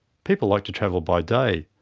people like to travel by day.